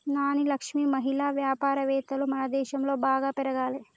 నాని లక్ష్మి మహిళా వ్యాపారవేత్తలు మనదేశంలో బాగా పెరగాలి